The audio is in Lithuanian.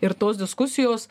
ir tos diskusijos